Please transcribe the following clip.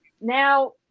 Now